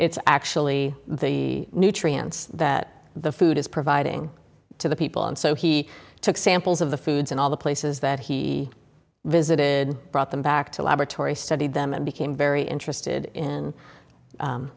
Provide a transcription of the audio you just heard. it's actually the nutrients that the food is providing to the people and so he took samples of the foods in all the places that he visited brought them back to a laboratory studied them and became very interested in